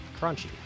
crunchy